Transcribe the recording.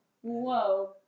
Whoa